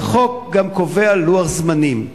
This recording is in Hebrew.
והחוק גם קובע לוח זמנים.